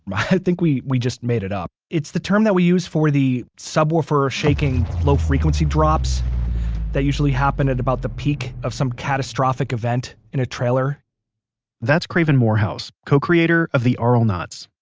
i think we we just made it up. it's the term that we use for the subwoofer shaking, low frequency drops that usually happen at about the peak of some catastrophic event in a trailer that's craven moorhaus, co-creator of the auralnauts.